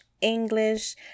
English